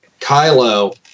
Kylo